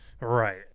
Right